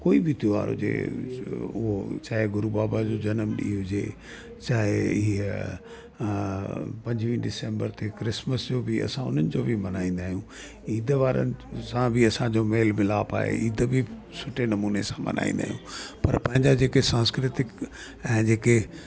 कोई बि त्योहार हुजे उहो छा आहे गुरु बाबा जो जनम ॾींहुं हुजे चाहे हीअं पंजुवीह डिसेंबर ते क्रिसमस ज बि असां उन्हनि जो बि मल्हाईंदा आहियूं ईद वारनि सां बि असांजो मेल मिलाप आहे ईद बि सुठे नमूने सां मल्हाईंदा आहियूं पर पंहिंजे जेके सांस्कृतिक ऐं जेके